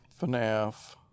FNAF